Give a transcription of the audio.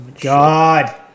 God